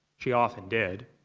she often did.